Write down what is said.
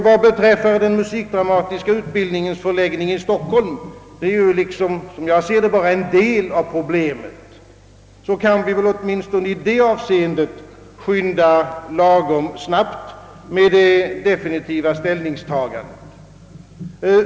Vad beträffar den musikdramatiska utbildningens förläggning i Stockholm — det är som jag ser det bara en del av problemet — kan vi väl åtminstone i det avseendet skynda lagom snabbt med det definitiva ställningstagandet.